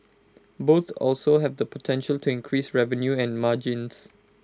both also have the potential to increase revenue and margins